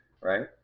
right